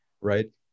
right